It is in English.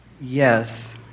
yes